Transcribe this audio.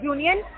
Union